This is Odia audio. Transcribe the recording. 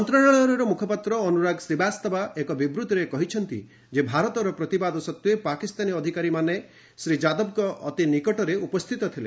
ମନ୍ତ୍ରଣାଳୟର ମୁଖପାତ୍ର ଅନୁରାଗ ଶ୍ରୀବାସ୍ତବା ଏକ ବିବୃତିରେ କହିଛନ୍ତି ଯେ ଭାରତର ପ୍ରତିବାଦ ସତ୍ତ୍ୱେ ପାକିସ୍ତାନୀ ଅଧିକାରୀମାନେ ଶ୍ରୀ ଯାଦବଙ୍କ ଅତି ନିକଟରେ ଉପସ୍ଥିତ ଥିଲେ